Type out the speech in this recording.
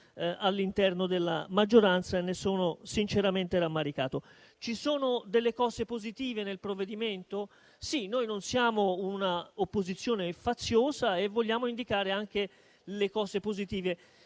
all'interno della maggioranza e ne sono sinceramente rammaricato. Ci sono delle misure positive nel provvedimento? Sì, noi non siamo un'opposizione faziosa e vogliamo indicare anche gli aspetti positivi.